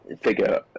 figure